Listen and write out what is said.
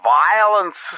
violence